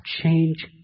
change